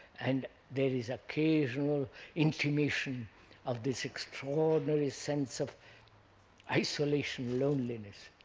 and there is occasional intimation of this extraordinary sense of isolation, loneliness,